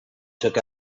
took